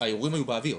שהערעורים היו באוויר.